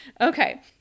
Okay